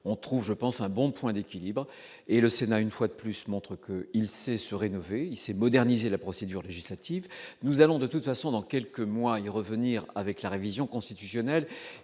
on trouve je pense un bon point d'équilibre et le Sénat, une fois de plus, montre qu'il sait se rénover, il s'est modernisé la procédure législative, nous allons, de toute façon, dans quelques mois et revenir avec la révision constitutionnelle